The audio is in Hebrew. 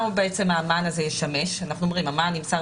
למה המען הזה ישמש אנחנו אומרים שהמען נמסר,